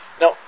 Now